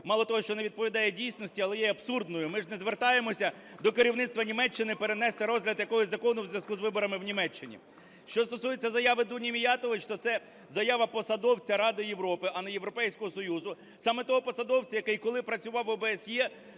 мало того, що не відповідає дійсності, але є абсурдною. Ми ж не звертаємося до керівництва Німеччини перенести розгляд якогось закону в зв'язку з виборами в Німеччині? Що стосується заяви Дуні Міятович, то це заява посадовця Ради Європи, а не Європейського Союзу. Саме того посадовця, який, коли працював в ОБСЄ,